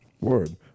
word